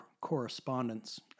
correspondence